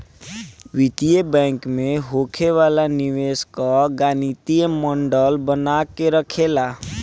वित्तीय बैंक में होखे वाला निवेश कअ गणितीय मॉडल बना के रखेला